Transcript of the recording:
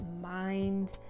mind